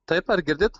taip ar girdit